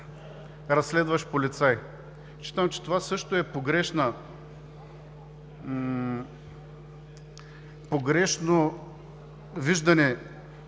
разследващ полицай. Считам, че това също е погрешно виждане